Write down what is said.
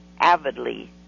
avidly